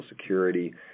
security